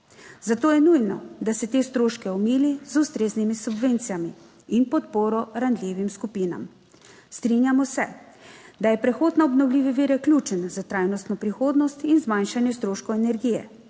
Zato je nujno, da se te stroške omili z ustreznimi subvencijami in podporo ranljivim skupinam. Strinjamo se, da je prehod na obnovljive vire ključen za trajnostno prihodnost in zmanjšanje stroškov energije,